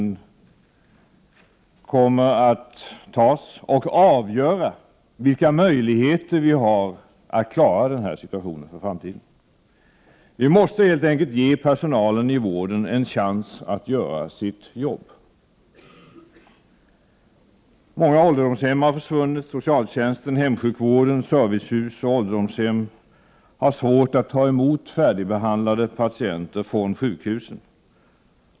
De kommer att avgöra vilka möjligheter vi har att klara situationen för framtiden. Vi måste helt enkelt ge personalen i vården en chans att göra sitt jobb. Många ålderdomshem har försvunnit, och socialtjänsten, hemsjukvården, servicehusen och de återstående ålderdomshemmen har svårt att ta emot färdigbehandlade patienter från sjukhusen.